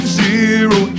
zero